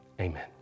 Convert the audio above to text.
amen